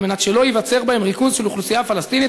על מנת שלא ייווצר בהם ריכוז של אוכלוסייה פלסטינית